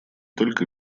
только